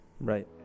Right